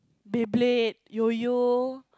Beyblade yoyo